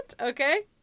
okay